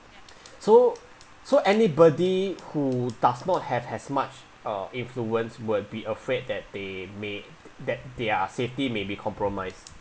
so so anybody who does not have as much uh influence would be afraid that they may that they are safety may be compromised